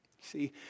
See